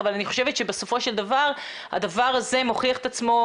אני חושבת שבסופו של דבר הדבר הזה מוכיח את עצמו.